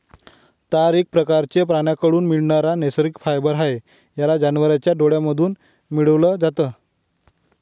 तार एक प्रकारचं प्राण्यांकडून मिळणारा नैसर्गिक फायबर आहे, याला जनावरांच्या डोळ्यांमधून मिळवल जात